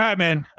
yeah man.